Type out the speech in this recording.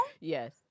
yes